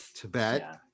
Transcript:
Tibet